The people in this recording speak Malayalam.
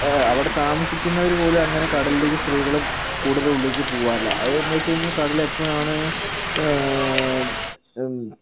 അവിടെ താമസിക്കുന്നവരുപോലും അങ്ങനെ കടലിലേക്ക് സ്ത്രീകള് കൂടുതൽ ഉള്ളിലേക്ക് പോകാറില്ല അത് എന്താണെന്ന് വെച്ചുകഴിഞ്ഞാൽ കടൽ എപ്പഴാണ്